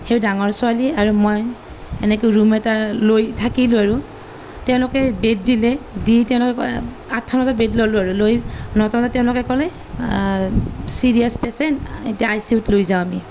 সেই ডাঙৰ ছোৱালীয়ে আৰু মই এনেকৈ ৰুম এটা লৈ থাকিলোঁ আৰু তেওঁলোকে বেড দিলে দি তেওঁলোকে আঠমান বজাত বেড ল'লোঁ আৰু লৈ নটা বজাত তেওঁলোকে ক'লে চিৰিয়াছ পেচেণ্ট এতিয়া আই চি ইউত লৈ যাওঁ আমি